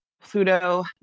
Pluto